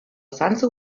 zantzu